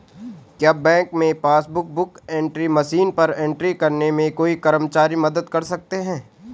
क्या बैंक में passbook book entry machine पर एंट्री करने में कोई कर्मचारी मदद कर सकते हैं?